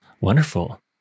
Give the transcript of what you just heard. Wonderful